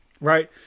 right